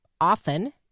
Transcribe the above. often